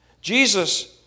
Jesus